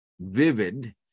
vivid